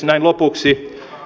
näin lopuksi